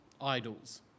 idols